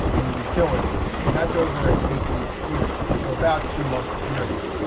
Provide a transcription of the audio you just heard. and utilities. and that's over an eight week period. so about two month period.